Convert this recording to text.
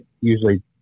usually